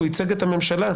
הוא ייצג את הממשלה.